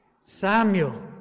Samuel